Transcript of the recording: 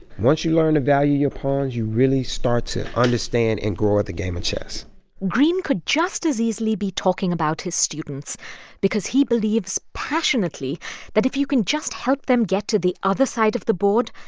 once you learn to value your pawns, you really start to understand and grow at the game of chess greene could just as easily be talking about his students because he believes passionately that if you can just help them get to the other side of the board,